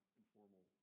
informal